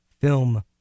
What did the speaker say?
film